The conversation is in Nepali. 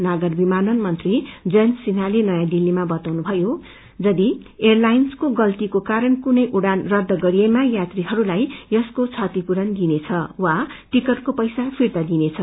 नागर विमानन मंत्री जयन्त सिन्दाले नयाँ दिल्लीमा बताउनुभयो यदि एयरलाईनको गलतीको कारण कुनै उड़ान रख गरिएकमा यात्रीहलाई यसको क्षतिपुरण दिइनेछ वा टिकटको पैसा फिर्ता दिइनेछ